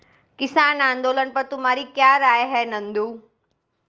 किसान आंदोलन पर तुम्हारी क्या राय है नंदू?